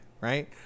right